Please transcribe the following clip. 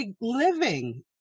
living